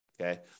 okay